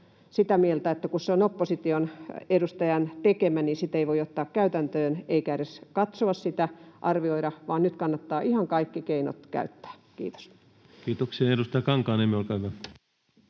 sitä mieltä, että kun se on opposition edustajan tekemä, niin sitä ei voi ottaa käytäntöön eikä edes katsoa sitä ja arvioida, vaan nyt kannattaa ihan kaikki keinot käyttää. — Kiitos. Kiitoksia. — Edustaja Kankaanniemi, olkaa hyvä.